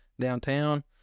downtown